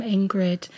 Ingrid